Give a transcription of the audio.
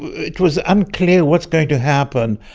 it was unclear what's going to happen.